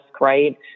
right